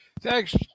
Thanks